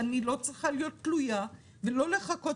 אני לא צריכה להיות תלויה ולא לחכות